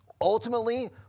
Ultimately